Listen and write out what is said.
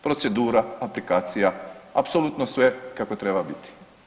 Procedura, aplikacija, apsolutno sve kako treba biti.